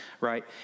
right